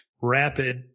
Rapid